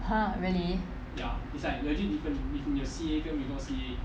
!huh! really